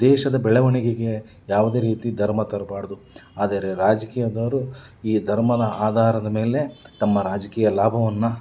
ದೇಶದ ಬೆಳವಣಿಗೆಗೆ ಯಾವುದೇ ರೀತಿ ಧರ್ಮ ತರ್ಬಾರ್ದು ಆದರೆ ರಾಜಕೀಯದವರು ಈ ಧರ್ಮದ ಆಧಾರದ ಮೇಲೆ ತಮ್ಮ ರಾಜಕೀಯ ಲಾಭವನ್ನು